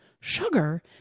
sugar